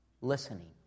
listening